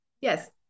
Yes